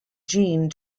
gene